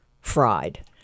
fried